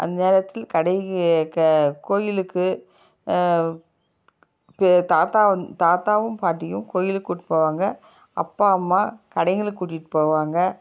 அந்நேரத்தில் கடை க கோயிலுக்கு கு தாத்தா வந் தாத்தாவும் பாட்டியும் கோயிலுக்கு கூட்டிகிட்டு போவாங்க அப்பா அம்மா கடைங்களுக்கு கூட்டிகிட்டு போவாங்க